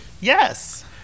Yes